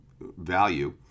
value